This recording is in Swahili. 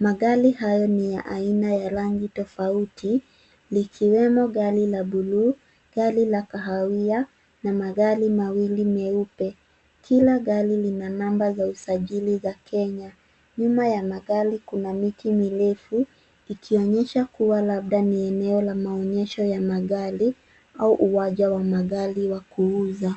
Magari hayo ni ya aina ya rangi tofauti likiwemo gari la buluu, gari la kahawia na magari mawili meupe. Kila gari lina namba za usajili za Kenya. Nyuma ya magari kuna miti mirefu ikionyesha kuwa labda ni eneo la maonyesho ya magari au uwanja wa magari wa kuuza.